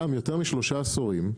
גם יותר משלושה עשורים,